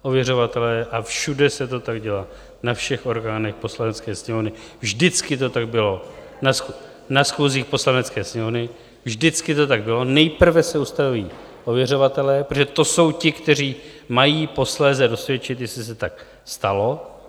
Ověřovatelé, a všude se to tak dělá, na všech orgánech Poslanecké sněmovny, vždycky to tak bylo na schůzích Poslanecké sněmovny, vždycky to tak bylo, nejprve se ustaví ověřovatelé, protože to jsou ti, kteří mají posléze dosvědčit, jestli se tak stalo.